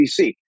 ABC